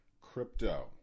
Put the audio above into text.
crypto